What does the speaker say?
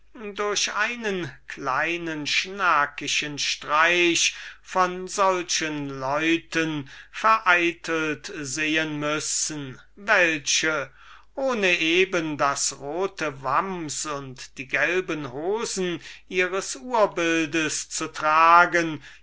durch einen kleinen schnakischen streich von hans wurst oder solchen leuten vereitelt sehen müssen welche ohne eben sein wams und seine gelben hosen zu tragen